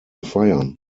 feiern